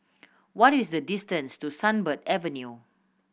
what is the distance to Sunbird Avenue